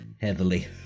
heavily